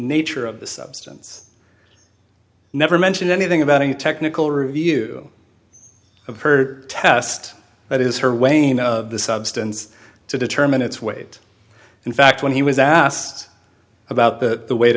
nature of the substance never mentioned anything about any technical review of her test that is her weighing of the substance to determine its weight in fact when he was asked about the weight